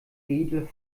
edle